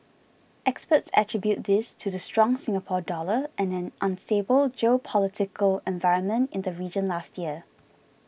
experts attribute this to the strong Singapore Dollar and an unstable geopolitical environment in the region last year